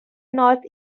north